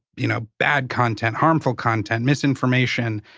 you know, bad content, harmful content, misinformation.